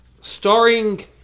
Starring